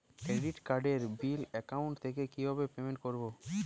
Credit কার্ডের bill account থেকে কিভাবে পেমেন্ট করবো?